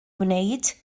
gwneud